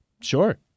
Sure